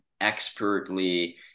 expertly